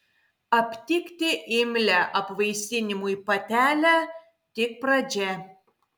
aptikti imlią apvaisinimui patelę tik pradžia